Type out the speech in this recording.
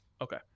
Okay